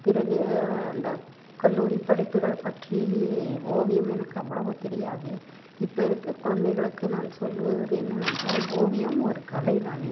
பிறகு அந்த கல்லூரிப் படிப்புகளை பற்றி ஓவியம் எனக்கு அவ்வளவா தெரியாது இப்போ இருக்க குழந்தைகளுக்கு நான் சொல்லுவது என்னவென்றால் ஓவியம் ஒரு கலை தானே